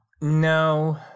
no